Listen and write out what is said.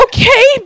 Okay